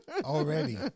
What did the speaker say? already